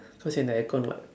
cause you're in the aircon [what]